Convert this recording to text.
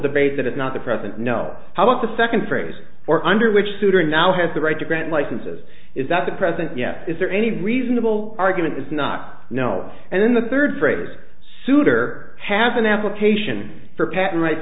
debate that is not the present no how about the second phrase or under which souter now has the right to grant licenses is that the present is there any reasonable argument is not no and then the third phrase souter has an application for patent rights